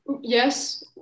Yes